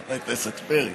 חבר הכנסת פרי,